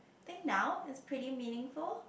I think now is pretty meaningful